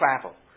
travel